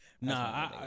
nah